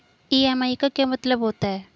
EMI का क्या मतलब होता है?